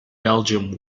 belgium